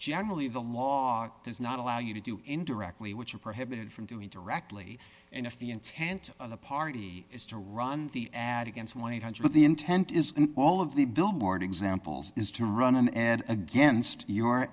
generally the log does not allow you to do indirectly which are prohibited from doing directly and if the intent of the party is to run the ad against one thousand eight hundred the intent is and all of the billboard examples is to run an ad against your